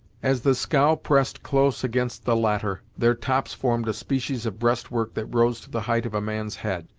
as the scow pressed close against the latter, their tops formed a species of breast work that rose to the height of a man's head,